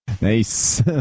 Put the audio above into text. Nice